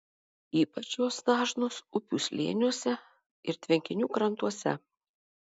ypač jos dažnos upių slėniuose ir tvenkinių krantuose